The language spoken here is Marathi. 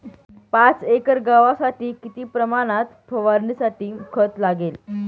पाच एकर गव्हासाठी किती प्रमाणात फवारणीसाठी खत लागेल?